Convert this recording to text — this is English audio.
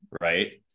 right